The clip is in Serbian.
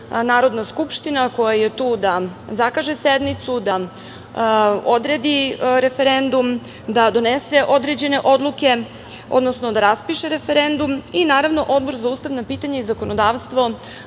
Narodna skupština koja je tu da zakaže sednicu, da odredi referendum, da donese određene odluke, odnosno da raspiše referendum, i naravno Odbor za ustavna pitanja i zakonodavstvo